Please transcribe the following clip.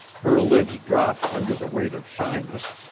her lids dropped under the weight of shyness,